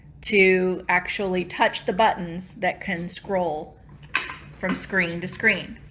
to actually touch the buttons that can scroll from screen to screen.